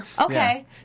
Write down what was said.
okay